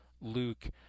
Luke